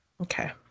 Okay